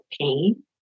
pain